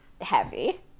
heavy